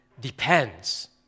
depends